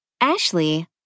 Ashley